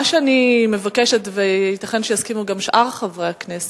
מה שאני מבקשת, וייתכן שיסכימו גם שאר חברי הכנסת,